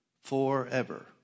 forever